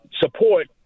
support